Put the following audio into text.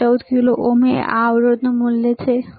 14 kilo ohm આ અવરોધનું મૂલ્ય છે બરાબર